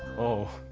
oh,